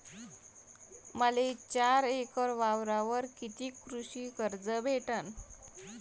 मले चार एकर वावरावर कितीक कृषी कर्ज भेटन?